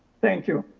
thank you.